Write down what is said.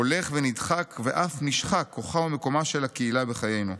הולך ונדחק ואף נשחק כוחה ומקומה של הקהילה בחיינו,